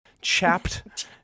Chapped